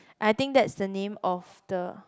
I think that's the name of the